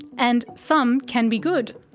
and some can be good.